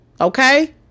Okay